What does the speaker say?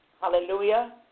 Hallelujah